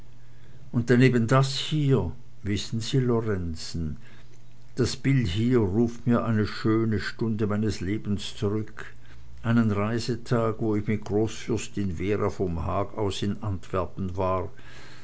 und daneben das hier wissen sie lorenzen das bild hier ruft mir eine schöne stunde meines lebens zurück einen reisetag wo ich mit großfürstin wera vom haag aus in antwerpen war